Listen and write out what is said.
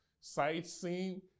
sightseeing